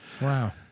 Wow